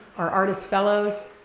our artist fellows.